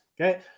okay